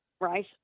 right